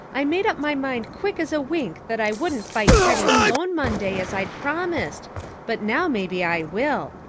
i made up my mind quick as a wink that i wouldn't fight teddy sloane monday as i'd promised but now maybe i will.